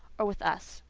or with us.